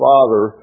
Father